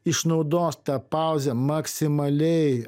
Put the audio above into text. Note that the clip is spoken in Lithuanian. išnaudos tą pauzę maksimaliai